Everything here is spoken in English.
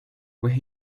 where